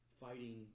fighting